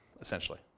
essentially